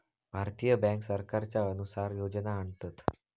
भारतीय बॅन्क सरकारच्या अनुसार योजना आणतत